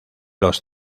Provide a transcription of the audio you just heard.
los